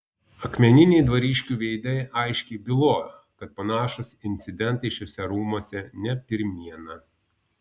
akmeniniai dvariškių veidai aiškiai bylojo kad panašūs incidentai šiuose rūmuose ne pirmiena